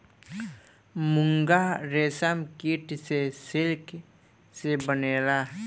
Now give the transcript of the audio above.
मूंगा रेशम कीट से सिल्क से बनेला